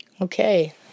Okay